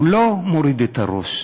שלא מוריד את הראש.